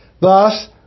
Thus